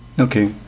Okay